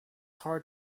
hard